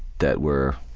that were